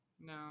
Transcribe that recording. No